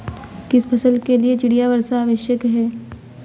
किस फसल के लिए चिड़िया वर्षा आवश्यक है?